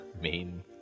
main